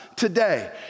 today